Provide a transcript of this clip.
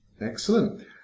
Excellent